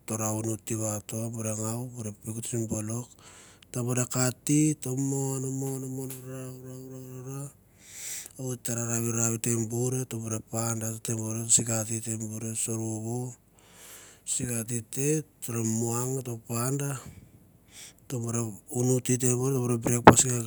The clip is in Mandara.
U tara unu tea vato, bure ngau bure peuk sim bolok, ta bure kati u ta mon mon mon rau rau rau ra oit tara ravirau tembor, tembure panda sikati tembure, sorvovo, sikati te o te ra muang panda temboro unu tea tembur, tembure breakfast nge